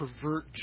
pervert